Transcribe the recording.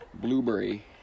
Blueberry